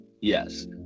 yes